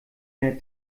der